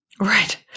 Right